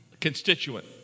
Constituent